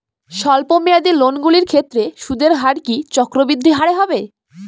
স্বল্প মেয়াদী লোনগুলির ক্ষেত্রে সুদের হার কি চক্রবৃদ্ধি হারে হবে?